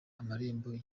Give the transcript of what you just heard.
amarembo